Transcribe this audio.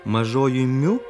mažoji miu